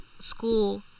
school